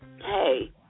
hey